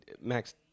Max